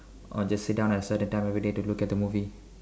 or just sit down at certain time of the day to look at the movie